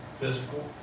physical